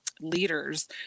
leaders